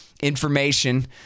information